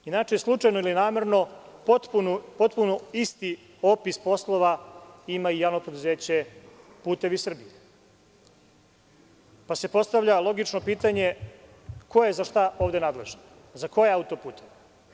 Inače, slučajno ili namerno, potpuno isti opis poslova ima i JP „Putevi Srbije“ pa se postavlja logično pitanje, ko je za šta ovde nadležan, za koje auto-puteve?